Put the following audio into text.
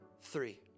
three